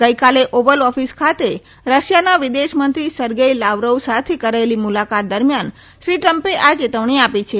ગઇકાલે Oval Office ખાતે રશિયાના વિદેશમંત્રી સેર્ગેય લાવરોવ સાથે કરેલી મુલાકાત દરમિયાન શ્રી ટ્રમ્પે આ ચેતવણી આપી છે